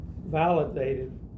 validated